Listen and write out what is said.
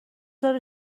داره